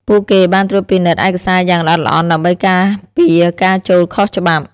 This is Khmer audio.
ពួកគេបានត្រួតពិនិត្យឯកសារយ៉ាងល្អិតល្អន់ដើម្បីការពារការចូលខុសច្បាប់។